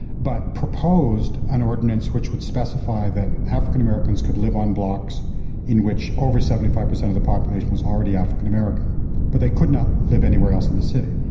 but proposed an ordinance which would specify that african-americans could live on blocks in which over seventy five percent of the population was already african-american, but they could not leave anywhere else in the city.